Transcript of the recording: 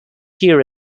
here